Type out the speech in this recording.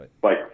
Bye